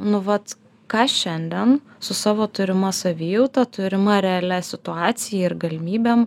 nu vat ką šiandien su savo turima savijauta turima realia situacija ir galimybėm